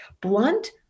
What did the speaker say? Blunt